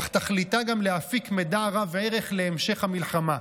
אך תכליתה גם להפיק מידע רב-ערך להמשך המלחמה.